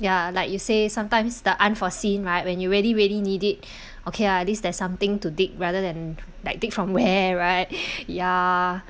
ya like you say sometimes the unforeseen right when you really really need it okay ah at least there's something to dig rather than like dig from where right ya